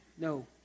No